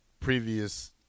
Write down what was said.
previous